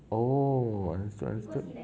oh understood understood